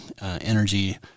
energy